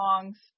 songs